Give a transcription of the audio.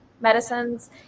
medicines